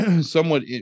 somewhat